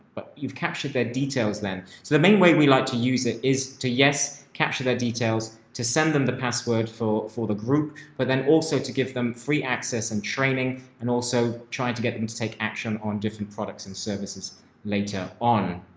but you've captured their details then. so the main way we like to use it is to, yes, capture their details, to send them the password for for the group, but then also to give them free access and training and also trying to get them to take action on different products and services later on.